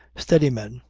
steady men.